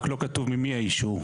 רק לא כתוב ממי האישור.